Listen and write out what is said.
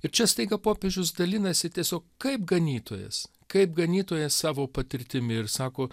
ir čia staiga popiežius dalinasi tiesiog kaip ganytojas kaip ganytojas savo patirtimi ir sako